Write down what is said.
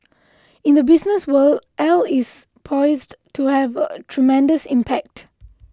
in the business world L is poised to have a tremendous impact